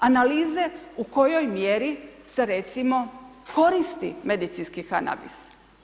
Analize u kojoj mjeri se recimo koristi medicinski kanabis.